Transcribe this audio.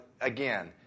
again